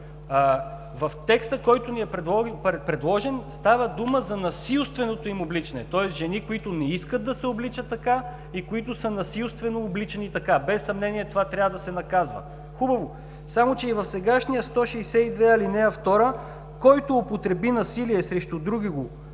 В текста, който ни е предложен, става дума за насилственото им обличане, тоест жени, които не искат да се обличат така и които са насилствено обличани така. Без съмнение, това трябва да се наказва. Хубаво! Само че и в сегашния чл. 162, ал. 2: „Който употреби насилие срещу другиго